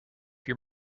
your